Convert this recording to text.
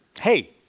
hey